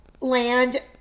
land